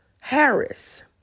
Harris